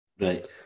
Right